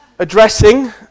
Addressing